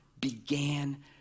began